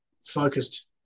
focused